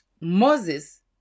Moses